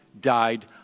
died